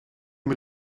mit